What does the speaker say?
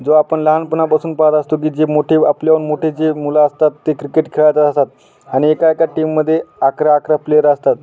जो आपण लहानपणापासून पाहत असतो की जे मोठे आपल्याहून मोठे जे मुलं असतात ते क्रिकेट खेळतं असतात आणि एका एका टीममध्ये अकरा अकरा प्लेयर असतात